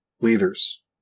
leaders